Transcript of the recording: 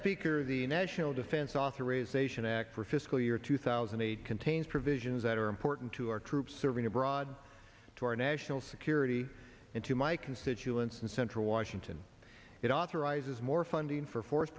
speaker the national defense authorization act for fiscal year two thousand and eight contains provisions that are important to our troops serving abroad to our national security and to my constituents in central washington it authorizes more funding for force